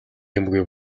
юмгүй